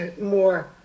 more